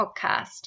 Podcast